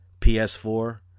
PS4